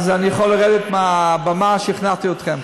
אז אני יכול לרדת מהבמה, שכנעתי אתכם.